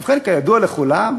ובכן, כידוע לכולם,